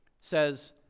says